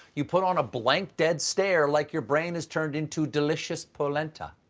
you put on a blank, dead stare, like your brain has turned into delicious polenta.